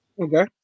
Okay